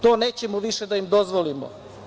To nećemo više da im dozvolimo.